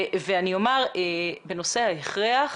בנושא ההכרח